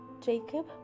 Jacob